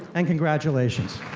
and congratulations.